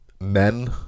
men